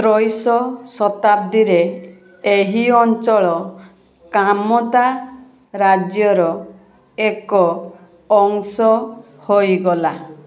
ତ୍ରୈଶ ଶତାବ୍ଦୀରେ ଏହି ଅଞ୍ଚଳ କାମତା ରାଜ୍ୟର ଏକ ଅଂଶ ହୋଇଗଲା